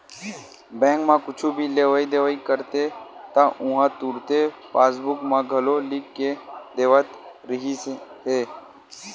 bank म कुछु भी लेवइ देवइ करते त उहां तुरते पासबूक म घलो लिख के देवत रिहिस हे